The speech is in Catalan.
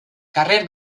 carrer